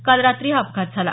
काल रात्री हा अपघत झाला